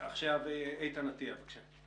איתן עטיה, בבקשה.